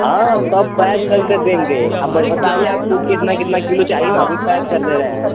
हाँ सब पैक करके देंगे आप बस बताइए आपको कितना कितना किलो चाहिए अभी पैक कर दे रहे हैं